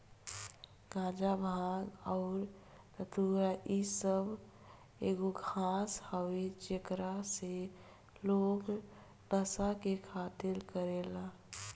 गाजा, भांग अउरी धतूर इ सब एगो घास हवे जेकरा से लोग नशा के खातिर करेले